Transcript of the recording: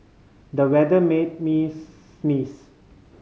the weather made me sneeze